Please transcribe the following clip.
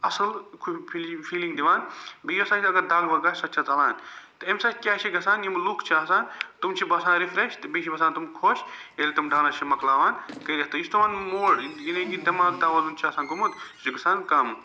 اصٕل فیٖلِنٛگ دِوان بیٚیہِ یۄس آسہِ اگر دَگ وَگ آسہِ سۄ تہِ چھِ ژلان تہٕ اَمہِ سۭتۍ کیٛاہ چھُ گَژھان یِم لوٗکھ چھِ آسان تِم چھِ باسان رِفریٚش تہٕ بیٚیہِ چھِ باسان تِم خۄش ییٚلہِ تِم ڈانٕس چھِ مۄکلاوان کٔرِتھ تہِ یُس تِمن موٗڈ یعنی کہِ دماغ توازُن چھُ آسان گوٚمُت سُہ چھُ گَژھان کَم